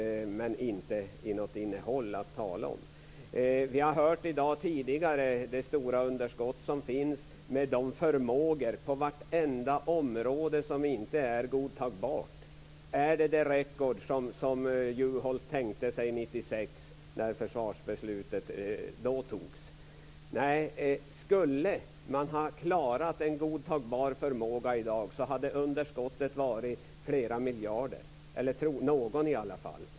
Den hade inget innehåll att tala om. Vi har tidigare i dag hört om det stora underskott som finns vad gäller förmågor på vartenda område. Det är inte godtagbart. Var det detta record Juholt tänkte sig 1996 när försvarsbeslutet antogs? För att klara en godtagbar förmåga i dag hade underskottet behövt vara flera miljarder - eller någon miljard i alla fall.